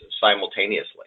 simultaneously